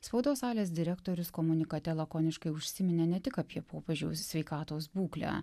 spaudos salės direktorius komunikate lakoniškai užsiminė ne tik apie popiežiaus sveikatos būklę